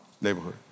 neighborhood